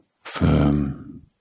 firm